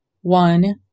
One